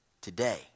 Today